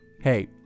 Hey